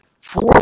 Four